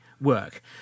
work